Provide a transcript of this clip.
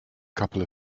couple